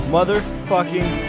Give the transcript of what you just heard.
Motherfucking